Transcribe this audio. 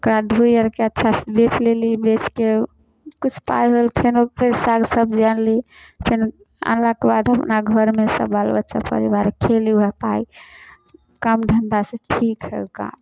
ओकरा धोइ आओरके अच्छासे बेचि लेली बेचिके किछु पाइ होल फेरो फेर साग सबजी आनली फेर आनलाके बाद अपना घरमे सभ बाल बच्चा परिवार खएली ओहे पाइ काम धन्धासे ठीक हइ काम